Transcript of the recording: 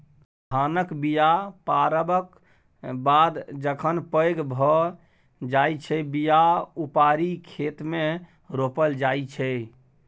धानक बीया पारबक बाद जखन पैघ भए जाइ छै बीया उपारि खेतमे रोपल जाइ छै